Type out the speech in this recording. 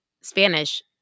Spanish